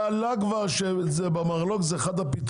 זה כבר עלה שהמרלו"ג הוא אחד הפתרונות.